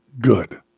good